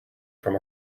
from